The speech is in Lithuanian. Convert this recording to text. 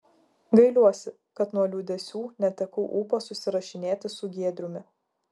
gailiuosi kad nuo liūdesių netekau ūpo susirašinėti su giedriumi